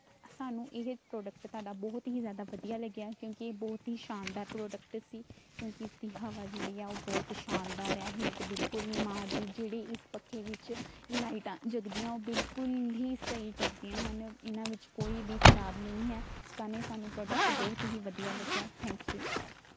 ਸਾਨੂੰ ਇਹ ਪ੍ਰੋਡਕਟ ਤੁਹਾਡਾ ਬਹੁਤ ਹੀ ਜ਼ਿਆਦਾ ਵਧੀਆ ਲੱਗਿਆ ਕਿਉਂਕਿ ਇਹ ਬਹੁਤ ਹੀ ਸ਼ਾਨਦਾਰ ਪ੍ਰੋਡਕਟ ਸੀ ਕਿਉਂਕਿ ਇਸਦੀ ਹਵਾ ਜਿਹੜੀ ਆ ਉਹ ਬਹੁਤ ਸ਼ਾਨਦਾਰ ਹੈ ਹੀਟ ਬਿਲਕੁਲ ਨਹੀਂ ਮਾਰਦੀ ਜਿਹੜੀ ਇਸ ਪੱਖੇ ਵਿੱਚ ਲਾਈਟਾਂ ਜਗਦੀਆਂ ਉਹ ਬਿਲਕੁਲ ਹੀ ਸਹੀ ਜਗਦੀਆਂ ਹਨ ਇਹਨਾਂ ਵਿੱਚ ਕੋਈ ਬੀ ਖ਼ਰਾਬ ਨਹੀਂ ਹੈ ਇਸ ਕਾਰਨ ਸਾਨੂੰ ਪ੍ਰੋਡਕਟ ਬਹੁਤ ਹੀ ਵਧੀਆ ਲੱਗਿਆ ਥੈਂਕ ਯੂ